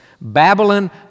Babylon